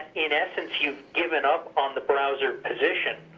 in essence you've given up on the browser position.